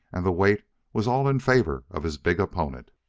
and the weight was all in favor of his big opponent.